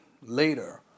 later